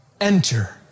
Enter